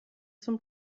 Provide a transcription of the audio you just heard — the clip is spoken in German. zum